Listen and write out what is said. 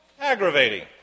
aggravating